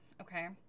Okay